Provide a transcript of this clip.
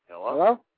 Hello